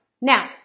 Now